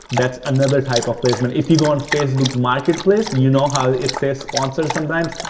that's another type of placement. if you go on facebook marketplace, you know how it says sponsored sometimes.